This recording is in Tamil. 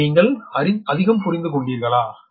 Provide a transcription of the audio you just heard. இதை நீங்கள் அதிகம் புரிந்து கொண்டீர்களா